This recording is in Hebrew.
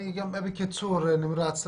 אני אגיד בקיצור נמרץ.